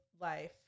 life